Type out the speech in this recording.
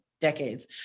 decades